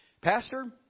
Pastor